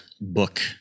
book